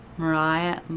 mariah